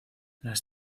las